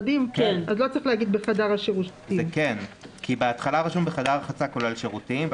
בהתחלה כתוב בחדר הרחצה כולל שירותים,